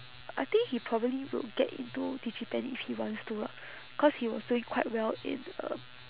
I think he probably will get into digipen if he wants to lah cause he was doing quite well in um